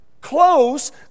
Close